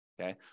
Okay